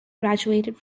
graduated